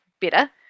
better